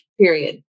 period